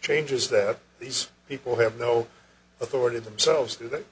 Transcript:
changes that these people have no authority themselves to that